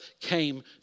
came